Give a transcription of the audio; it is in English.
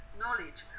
knowledge